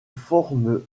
forme